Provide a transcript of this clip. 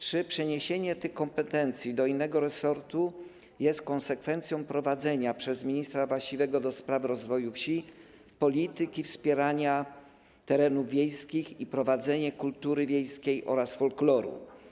Czy przeniesienie tych kompetencji do innego resortu jest konsekwencją prowadzenia przez ministra właściwego do spraw rozwoju wsi polityki wspierania terenów wiejskich, kultury wiejskiej oraz folkloru?